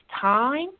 time